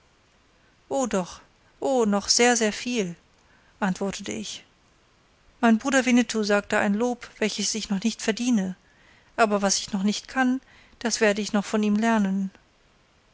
lernen hat o noch sehr sehr viel antwortete ich mein bruder winnetou sagt da ein lob welches ich noch nicht verdiene aber was ich noch nicht kann das werde ich noch von ihm lernen